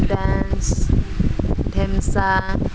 dance Dhemsa